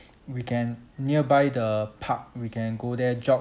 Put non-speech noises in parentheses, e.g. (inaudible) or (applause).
(noise) we can nearby the park we can go there jog